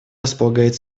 располагает